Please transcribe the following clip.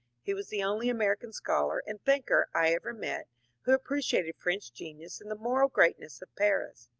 he was the only american scholar and thinker i ever met who appreciated french genius and the moral greatness of paris.